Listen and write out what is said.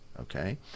okay